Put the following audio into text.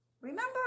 Remember